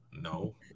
no